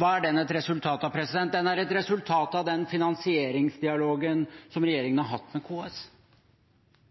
Hva er den et resultat av? Den er et resultat av den finansieringsdialogen som regjeringen har hatt med KS.